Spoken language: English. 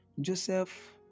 Joseph